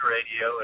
Radio